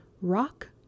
Rock